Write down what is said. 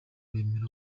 bemera